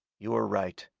you are right.